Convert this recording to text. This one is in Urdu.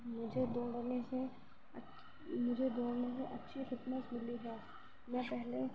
مجھے دوڑنے سے اچھ مجھے دوڑنے سے اچھی فٹنیس ملی ہے میں پہلے